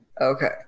Okay